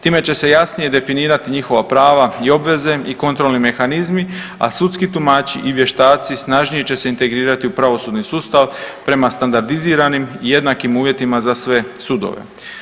Time će se jasnije definirati njihova prava i obveze i kontrolni mehanizmi, a Sudski tumači i Vještaci snažnije će se integrirati u pravosudni sustav prema standardiziranim i jednakim uvjetima za sve sudove.